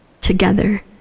together